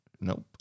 Nope